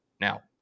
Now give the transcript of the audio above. Now